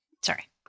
Sorry